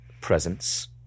presence